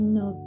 no